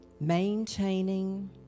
maintaining